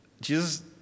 Jesus